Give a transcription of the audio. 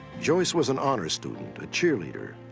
joyce was an honors student, a cheerleader,